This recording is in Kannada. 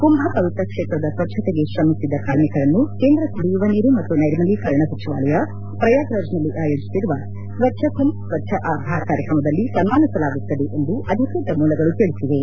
ಕುಂಭ ಪವಿತ್ರ ಕ್ಷೇತ್ರದ ಸ್ವಚ್ಗತೆಗೆ ಶ್ರಮಿಸಿದ ಕಾರ್ಮಿಕರನ್ನು ಕೇಂದ್ರ ಕುಡಿಯುವ ನೀರು ಮತ್ತು ನೈರ್ಮಲೀಕರಣ ಸಚಿವಾಲಯ ಪ್ರಯಾಗ್ರಾಜ್ನಲ್ಲಿ ಆಯೋಜಿಸಿರುವ ಸ್ನಚ್ಚ ಕುಂಭ್ ಸ್ವಚ್ಛ ಆಭಾರ್ ಕಾರ್ಯಕ್ರಮದಲ್ಲಿ ಸನ್ಮಾನಿಸಲಾಗುತ್ತದೆ ಎಂದು ಅಧಿಕೃತ ಮೂಲಗಳು ತಿಳಿಸಿವೆ